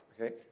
okay